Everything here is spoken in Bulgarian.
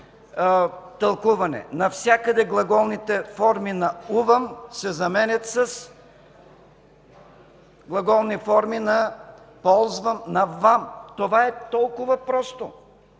тълкуване – навсякъде глаголните форми на „увам” се заменят с глаголните форми на „вам”. Това е толкова просто.